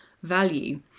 Value